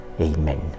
Amen